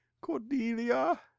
cordelia